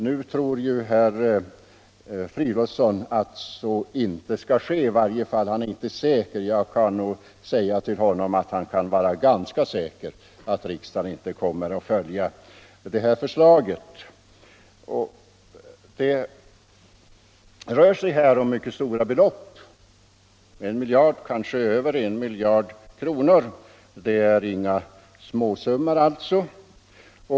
Nu tror ju herr Fridolfsson att så inte skall ske; i varje fall är han inte säker. Men jag kan nog säga till honom att han kan känna sig ganska säker på att riksdagen inte kommer att följa det här förslaget. Det rör sig här om mycket stora belopp — kanske över 1 miljard kronor. Det är inga småsummor, alltså.